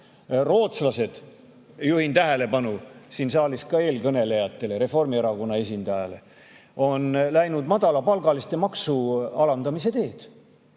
Rootslased, juhin tähelepanu siin saalis, ka eelkõnelejatele, ka Reformierakonna esindajale, on läinud madalapalgaliste maksu alandamise teed.